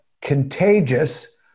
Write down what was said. contagious